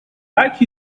like